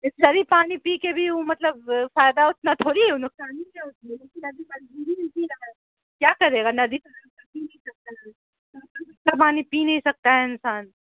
بسلری پانی پی کے بھی او مطلب فائدہ اتنا تھوڑی نقصان ہی ہے اس میں کیا کرے گا ندی کا پانی پی نہیں سکتا ہے انسان